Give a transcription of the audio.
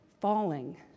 falling